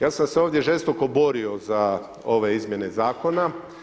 Ja sam se ovdje žestoko borio za ove izmjene zakona.